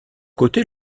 côté